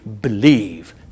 believe